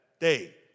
day